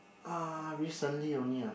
uh recently only ah